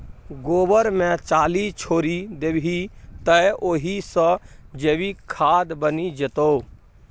गोबर मे चाली छोरि देबही तए ओहि सँ जैविक खाद बनि जेतौ